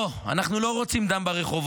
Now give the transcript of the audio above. לא, אנחנו לא רוצים דם ברחובות.